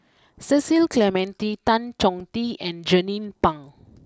Cecil Clementi Tan Chong Tee and Jernnine Pang